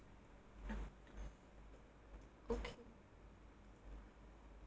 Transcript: yup okay